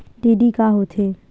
DD का होथे?